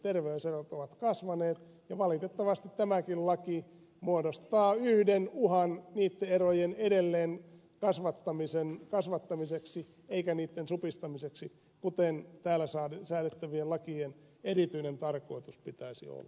terveyserot ovat kasvaneet ja valitettavasti tämäkin laki muodostaa yhden uhan niitten erojen edelleen kasvattamiseksi eikä niitten supistamiseksi kuten täällä säädettävien lakien erityinen tarkoitus pitäisi olla